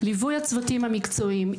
ליווי הצוותים המקצועיים,